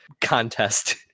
contest